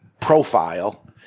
profile